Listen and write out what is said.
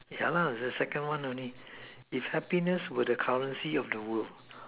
yeah lah is the second one only if happiness were the currency of the world